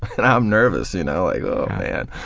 and i'm nervous, you know like oh man.